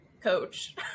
coach